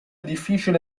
difficile